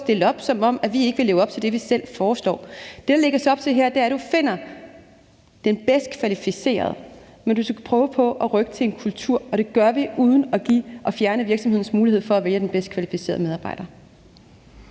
stille op, som om vi ikke vil leve op til det, vi selv foreslår. Det, der lægges op til her, er, at du finder den bedst kvalificerede, men du skal prøve på at rykke ved en kultur, og det gør vi uden at fjerne virksomhedens mulighed for at vælge den bedst kvalificerede medarbejder.